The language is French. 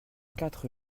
quatre